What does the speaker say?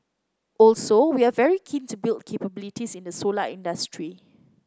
also we are very keen to build capabilities in the solar industry